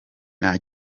nta